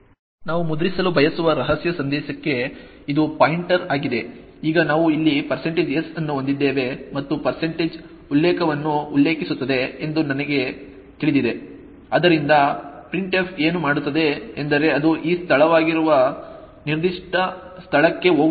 ನಾವು ಮುದ್ರಿಸಲು ಬಯಸುವ ರಹಸ್ಯ ಸಂದೇಶಕ್ಕೆ ಇದು ಪಾಯಿಂಟರ್ ಆಗಿದೆ ಈಗ ನಾವು ಇಲ್ಲಿ s ಅನ್ನು ಹೊಂದಿದ್ದೇವೆ ಮತ್ತು ಉಲ್ಲೇಖವನ್ನು ಉಲ್ಲೇಖಿಸುತ್ತದೆ ಎಂದು ನಮಗೆ ತಿಳಿದಿದೆ ಆದ್ದರಿಂದ printf ಏನು ಮಾಡುತ್ತದೆ ಎಂದರೆ ಅದು ಈ ಸ್ಥಳವಾಗಿರುವ ನಿರ್ದಿಷ್ಟ ಸ್ಥಳಕ್ಕೆ ಹೋಗುತ್ತದೆ